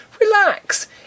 Relax